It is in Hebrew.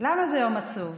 למה זה יום עצוב?